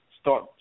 start